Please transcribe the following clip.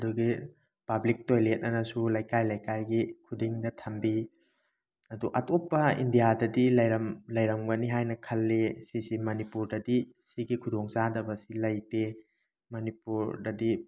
ꯑꯗꯨꯒꯤ public toilet ꯑꯅꯁꯨ ꯂꯩꯀꯥꯏ ꯂꯩꯀꯥꯏꯒꯤ ꯈꯨꯗꯤꯡꯗ ꯊꯝꯕꯤ ꯑꯗꯨ ꯑꯇꯣꯞꯄ ꯏꯟꯗꯤꯌꯥꯗꯗꯤ ꯂꯩꯔꯝꯒꯅꯤ ꯍꯥꯏꯅ ꯈꯜꯂꯤ ꯁꯤꯁꯤ ꯃꯅꯤꯄꯨꯔꯗꯗꯤ ꯁꯤꯒꯤ ꯈꯨꯗꯣꯡ ꯆꯥꯗꯕ ꯑꯁꯤ ꯂꯩꯇꯦ ꯃꯅꯤꯄꯨꯔꯗꯗꯤ